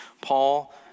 Paul